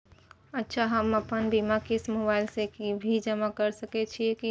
अच्छा हम आपन बीमा के क़िस्त मोबाइल से भी जमा के सकै छीयै की?